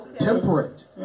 temperate